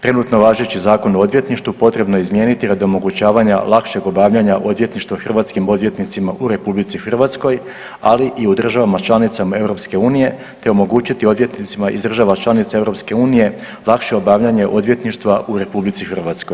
Trenutno važeći Zakon o odvjetništvu potrebno je izmijeniti radi omogućavanja lakšeg obavljanja odvjetništva hrvatskim odvjetnicima u RH, ali i u državama članicama EU te omogućiti odvjetnicima iz država članica EU lakše obavljanje odvjetništva u RH.